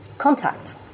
contact